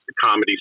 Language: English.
comedy